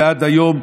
ועד היום,